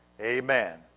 Amen